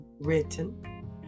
written